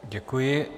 Děkuji.